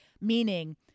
Meaning